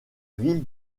ville